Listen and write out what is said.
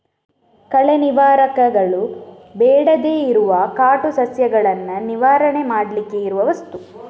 ಕಳೆ ನಿವಾರಕಗಳು ಬೇಡದೇ ಇರುವ ಕಾಟು ಸಸ್ಯಗಳನ್ನ ನಿವಾರಣೆ ಮಾಡ್ಲಿಕ್ಕೆ ಇರುವ ವಸ್ತು